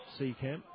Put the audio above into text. Seacamp